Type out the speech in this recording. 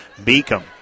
Beacom